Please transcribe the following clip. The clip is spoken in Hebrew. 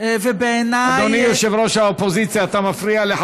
חברי הכנסת.